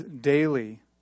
daily